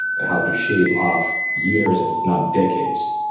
and how to shave off years, and not decades,